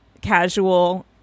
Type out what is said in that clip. casual